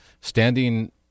standing